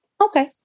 Okay